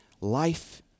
life